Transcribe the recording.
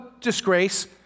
disgrace